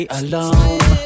alone